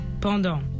pendant